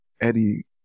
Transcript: Eddie